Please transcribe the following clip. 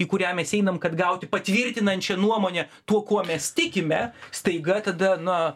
į kurią mes einam kad gauti patvirtinančią nuomonę tuo kuo mes tikime staiga tada na